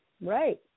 Right